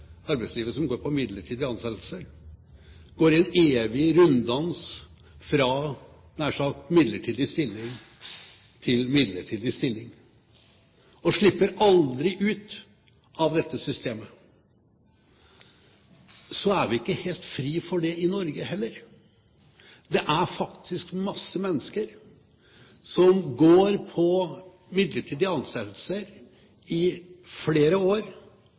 arbeidslivet som går på midlertidige ansettelser, går i en evig runddans fra midlertidige stillinger til midlertidige stillinger, og slipper aldri ut av dette systemet. Vi er ikke helt fri for dette i Norge heller, det er faktisk masse mennesker som går på midlertidige ansettelser i flere år